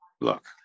look